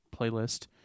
Playlist